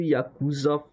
Yakuza